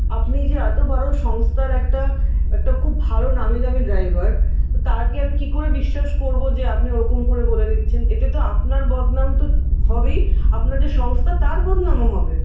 আপনি যে এত বড় সংস্থার একটা একটা খুব ভালো নামী দামী ড্রাইভার তো তাকে আমি কি করে বিশ্বাস করব যে আপনি ওরকম করে বলে দিচ্ছেন এতে তো আপনার বদনাম তো হবেই আপনার যে সংস্থা তার বদনামও হবে